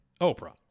Oprah